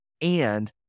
And-